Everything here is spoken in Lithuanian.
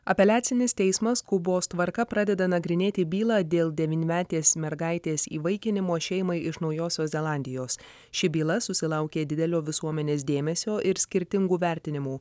apeliacinis teismas skubos tvarka pradeda nagrinėti bylą dėl devynmetės mergaitės įvaikinimo šeimai iš naujosios zelandijos ši byla susilaukė didelio visuomenės dėmesio ir skirtingų vertinimų